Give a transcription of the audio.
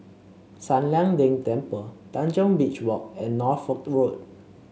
San Lian Deng Temple Tanjong Beach Walk and Norfolk Road